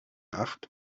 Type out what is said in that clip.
acht